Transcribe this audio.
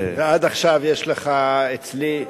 עד עכשיו יש לך אצלי,